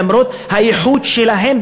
למרות הייחוד שלהם,